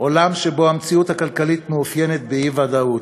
עולם שבו המציאות הכלכלית מאופיינת באי-ודאות.